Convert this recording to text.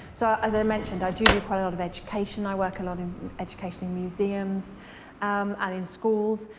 so as i mentioned i do do quite a lot of education i work a lot in education in museums um and in schools.